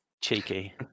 Cheeky